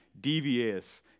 devious